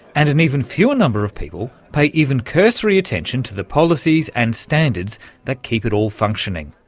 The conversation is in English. and an even fewer number of people pay even cursory attention to the policies and standards that keep it all functioning,